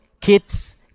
Kids